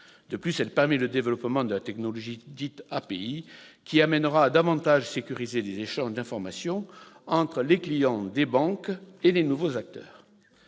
De plus, elle permet le développement de la technologie dite « API », qui permettra de davantage sécuriser les échanges d'informations entre les clients des banques et les nouveaux acteurs.